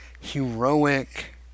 heroic